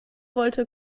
wollte